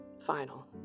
final